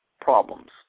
problems